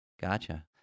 Gotcha